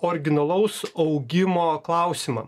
originalaus augimo klausimą